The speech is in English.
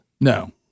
No